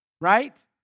right